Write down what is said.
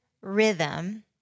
rhythm